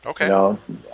Okay